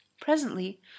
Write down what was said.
Presently